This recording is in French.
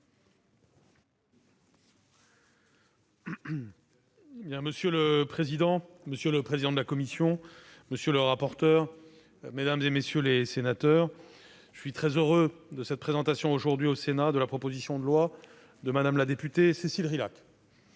Monsieur le président, monsieur le président de la commission, monsieur le rapporteur, mesdames, messieurs les sénateurs, je suis heureux que soit présentée aujourd'hui au Sénat la proposition de loi de Mme la députée Cécile Rilhac.